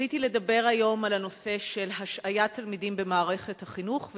רציתי לדבר היום על הנושא של השעיית תלמידים במערכת החינוך,